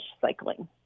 cycling